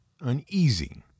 uneasy